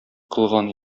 кылган